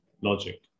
logic